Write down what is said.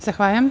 Zahvaljujem.